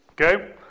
Okay